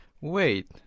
Wait